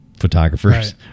photographers